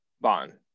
Bond